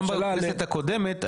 גם בכנסת הקודמת,